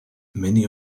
many